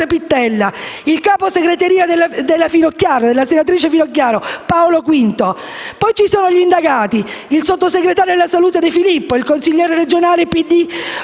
PD); il capo segreteria della senatrice Finocchiaro, Paolo Quinto. Poi ci sono gli indagati: il sottosegretario alla salute De Filippo; il consigliere regionale